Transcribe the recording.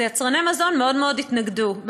יצרני המזון התנגדו מאוד מאוד.